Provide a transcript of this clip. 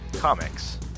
Comics